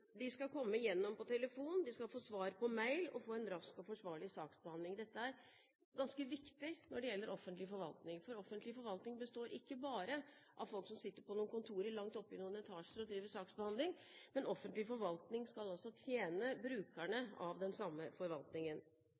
De skal komme gjennom på telefon, de skal få svar på e-post og få en rask og forsvarlig saksbehandling. Dette er ganske viktig når det gjelder offentlig forvaltning, for offentlig forvaltning består ikke bare av folk som sitter på noen kontorer langt oppe i etasjene og driver saksbehandling, offentlig forvaltning skal også tjene brukerne av den samme forvaltningen.